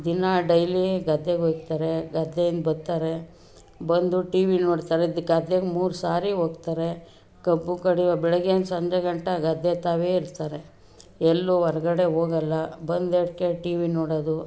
ದಿನಾ ಡೈಲಿ ಗದ್ದೆಗೆ ಒಯ್ತರೆ ಗದ್ದೆಯಿಂದ ಬತ್ತರೆ ಬಂದು ಟಿವಿ ನೋಡ್ತಾರೆ ಗದ್ದೆಗೆ ಮೂರು ಸಾರಿ ಹೋಗ್ತಾರೆ ಕಬ್ಬು ಕಡಿವ ಬೆಳಗ್ಗೆಯಿಂದ ಸಂಜೆ ಗಂಟ ಗದ್ದೆ ತಾವೇ ಇರ್ತಾರೆ ಎಲ್ಲೂ ಹೊರ್ಗಡೆ ಹೋಗಲ್ಲ ಬಂದಟ್ಕೆ ಟಿವಿ ನೋಡೋದು